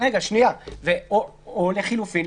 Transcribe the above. או לחילופין,